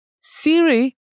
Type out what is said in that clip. Siri